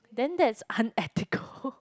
then that's unethical